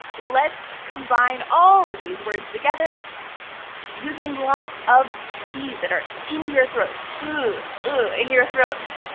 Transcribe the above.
let's combine all of these words together using lots of t's that are in your throat, ah ah in your throat.